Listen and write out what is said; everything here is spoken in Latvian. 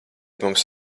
mums